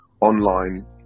online